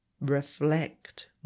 reflect